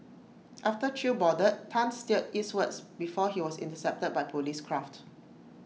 after chew boarded Tan steered eastwards before he was intercepted by Police craft